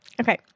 Okay